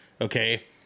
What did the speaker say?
Okay